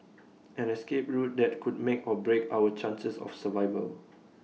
an escape route that could make or break our chances of survival